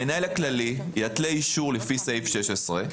המנהל הכללי יתלה אישור לפי סעיף 16,